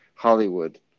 Hollywood